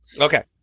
Okay